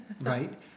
right